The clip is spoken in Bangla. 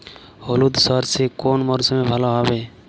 হলুদ সর্ষে কোন মরশুমে ভালো হবে?